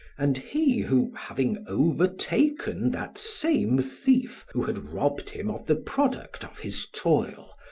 and he who, having overtaken that same thief who had robbed him of the product of his toil,